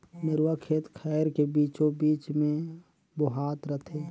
नरूवा खेत खायर के बीचों बीच मे बोहात रथे